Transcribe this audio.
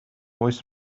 oes